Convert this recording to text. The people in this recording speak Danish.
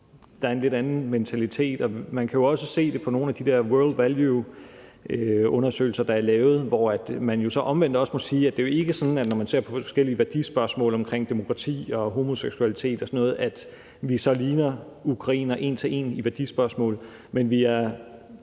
der er en lidt anden mentalitet, og man kan jo også se det på nogle af de world value-undersøgelser, der er lavet. Omvendt må man jo så også sige, at det ikke er sådan, at vi, når man ser på forskellige værdispørgsmål omkring demokrati og homoseksualitet og sådan noget, så ligner ukrainerne en til en, men vi er